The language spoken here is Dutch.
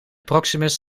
proximus